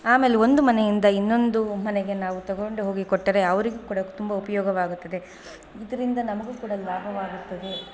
ಆಮೇಲೆ ಒಂದು ಮನೆಯಿಂದ ಇನ್ನೊಂದು ಮನೆಗೆ ನಾವು ತೊಗೊಂಡು ಹೋಗಿ ಕೊಟ್ಟರೆ ಅವರಿಗೂ ಕೂಡ ತುಂಬ ಉಪಯೋಗವಾಗುತ್ತದೆ ಇದರಿಂದ ನಮಗೂ ಕೂಡ ಲಾಭವಾಗುತ್ತದೆ